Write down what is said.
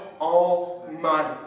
Almighty